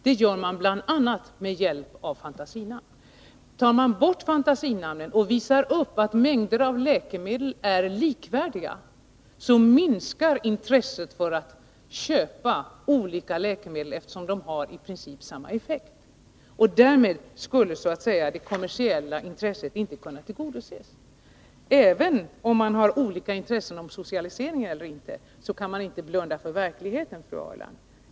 Det gör man bl.a. med hjälp av fantasinamn. Tar man bort fantasinamnen och visar upp att mängder av läkemedel är likvärdiga så minskar intresset för att köpa olika läkemedel, eftersom de har i princip samma effekt. Därmed skulle det kommersiella intresset inte kunna tillgodoses. Även om man har olika åsikter om socialisering så kan man inte blunda för verkligheten, fru Ahrland.